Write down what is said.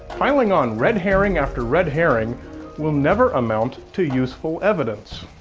piling on red herring after red herring will never amount to useful evidence.